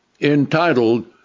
entitled